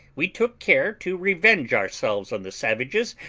we took care to revenge ourselves on the savages,